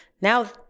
now